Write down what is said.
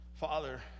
Father